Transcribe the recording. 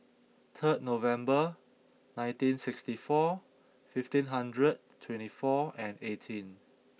third November nineteen sixty four fifteen hundred twenty four and eighteen